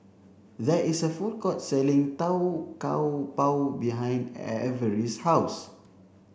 there is a food court selling Tau Kwa Pau behind Avery's house